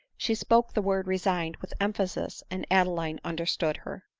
she spoke the word resigned with emphasis, and adeline understood her.